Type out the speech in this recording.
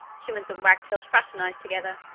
humans and wagtails fraternise together.